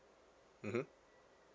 mmhmm